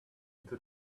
into